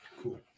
cool